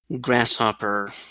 grasshopper